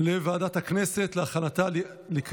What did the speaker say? הכנסת נתקבלה.